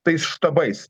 tais štabais